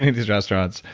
these restaurants,